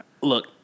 Look